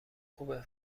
خوبه